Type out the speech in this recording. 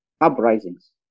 uprisings